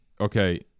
okay